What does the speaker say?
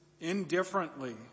indifferently